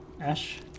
Ash